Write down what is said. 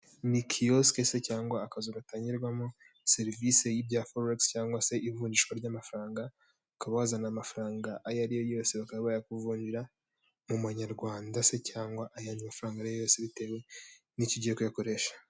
Ni kiyosike se cyangwa akazu gatangirwamo serivisi y'ibya forekisi cyangwa se ivunjishwa ry'amafaranga. ukaba wazana amafaranga ayo ari yo yose bakaba bayakuvurira mu manyarwanda se cyangwa ayandi mafaranga ayo ariyo yose bitewe n'icyo ugiye kuyakoresha.